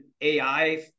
AI